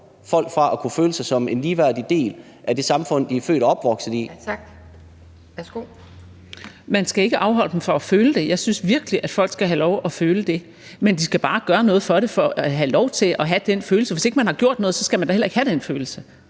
folk fra at kunne føle sig som en ligeværdig del af det samfund, de er født og opvokset i. Kl. 12:08 Anden næstformand (Pia Kjærsgaard): Tak. Værsgo. Kl. 12:08 Marie Krarup (DF): Man skal ikke afholde dem fra at føle det. Jeg synes virkelig, at folk skal have lov at føle det, men de skal bare gøre noget for at have lov til at have den følelse, for hvis ikke man har gjort noget, skal man da heller ikke have den følelse.